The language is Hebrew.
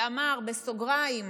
ואמר בסוגריים: